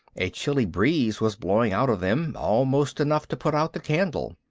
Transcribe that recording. a chilly breeze was blowing out of them, almost enough to put out the candle.